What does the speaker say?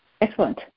Excellent